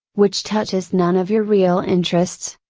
which touches none of your real interests,